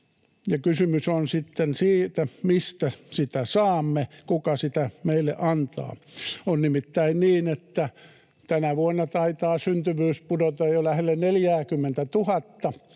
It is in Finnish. Kysymys on sitten siitä, mistä sitä saamme, kuka sitä meille antaa. On nimittäin niin, että tänä vuonna taitaa syntyvyys pudota jo lähelle 40 000:ta